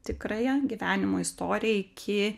tikrąją gyvenimo istoriją iki